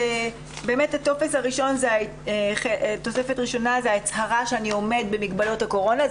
התוספת הראשונה היא הצהרה שאני עומד במגבלות הקורונה.